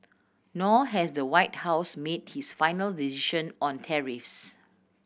nor has the White House made its final decision on tariffs